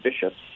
bishops